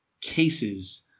cases